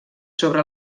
sobre